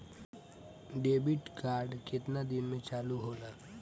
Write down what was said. Debit card केतना दिन में चालु होला?